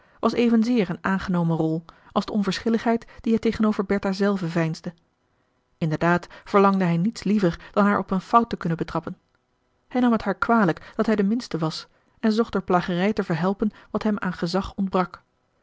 was evenzeer een aangenomen rol als de onverschilligheid die hij tegenover bertha zelve veinsde inderdaad verlangde hij niets liever dan haar op een fout te kunnen betrappen hij nam t haar kwalijk dat hij de minste was en zocht door plagerij te verhelpen wat hem aan gezag ontbrak